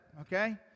okay